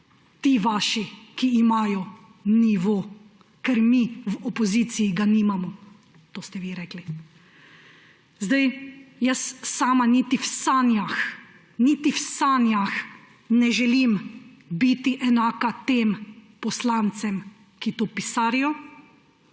ti vaši, ki imajo nivo, ker mi v opoziciji ga nimamo. To ste vi rekli. Jaz sama niti v sanjah, niti v sanjah ne želim biti enaka tem poslancem, ki to pisarijo,